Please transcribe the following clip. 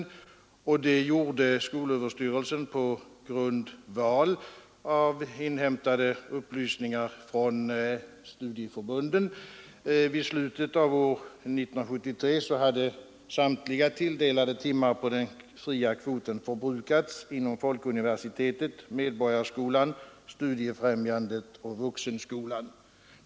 Detta gjorde skolöverstyrelsen på grundval av inhämtade upplysningar från studieförbunden. Vid slutet av år 1973 hade samtliga tilldelade timmar på den fria kvoten förbrukats inom Folkuniversitetet, Medborgarskolan, Studiefrämjandet och Vuxenskolan.